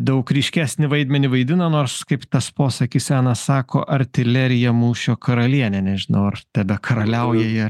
daug ryškesnį vaidmenį vaidina nors kaip tas posakis senas sako artilerija mūšio karalienė nežinau ar tebekaraliauja jie